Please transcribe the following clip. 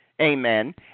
amen